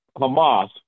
Hamas